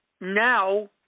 now